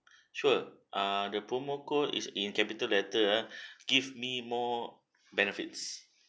sure err the promo code is in capital letter ah give me more benefits